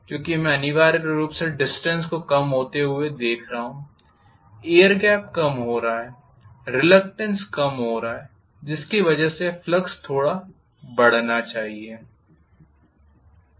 क्योंकि मैं अनिवार्य रूप से डिस्टेन्स को कम होते हुए देख रहा हूं एयर गेप कम हो रहा है रिलक्टेन्स कम हो रहा है जिसकी वजह से फ्लक्स थोड़ा बढ़ना चाहिए